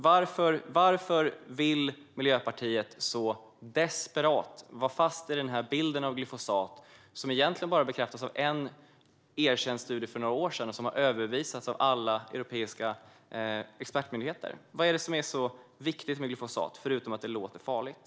Varför vill Miljöpartiet så desperat vara fast i bilden av glyfosat, som egentligen bara bekräftas av en erkänd studie för några år sedan och som har överbevisats av alla europeiska expertmyndigheter? Vad är det som är så viktigt med glyfosat, förutom att det låter farligt?